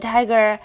Tiger